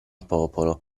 popolo